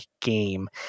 game